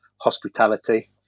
hospitality